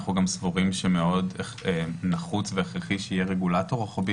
אנחנו גם סבורים שמאוד נחוץ והכרחי שיהיה רגולטור רוחבי